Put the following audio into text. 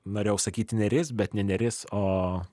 norėjau sakyti neris bet ne neris o